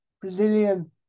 Brazilian